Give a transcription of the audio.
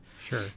Sure